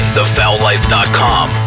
thefoullife.com